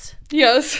Yes